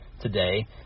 today